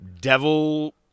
devil